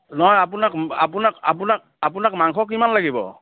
নহয় আপোনাক আপোনাক আপোনাক আপোনাক মাংস কিমান লাগিব